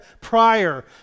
prior